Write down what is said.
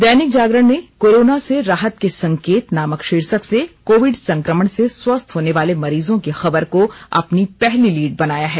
दैनिक जागरण ने कोरोना से राहत के संकेत नामक शीर्षक से कोविड संक्रमण से स्वस्थ होने वाले मरीजों की खबर को अपनी पहली लीड बनाया है